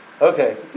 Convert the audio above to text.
Okay